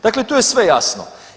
Dakle, tu je sve jasno.